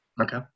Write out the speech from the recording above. Okay